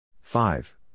Five